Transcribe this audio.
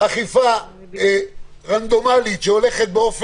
אכיפה רנדומלית שהולכת.